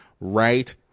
right